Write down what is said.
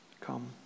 Come